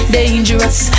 dangerous